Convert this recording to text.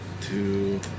two